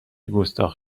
گستاخ